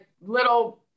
little